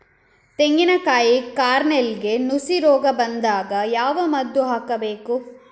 ತೆಂಗಿನ ಕಾಯಿ ಕಾರ್ನೆಲ್ಗೆ ನುಸಿ ರೋಗ ಬಂದಾಗ ಯಾವ ಮದ್ದು ಹಾಕಬೇಕು?